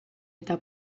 eta